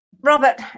Robert